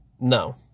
No